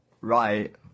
right